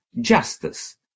justice